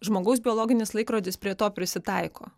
žmogaus biologinis laikrodis prie to prisitaiko